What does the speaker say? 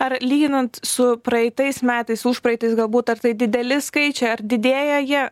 ar lyginant su praeitais metais užpraeitais galbūt ar tai dideli skaičiai ar didėja jie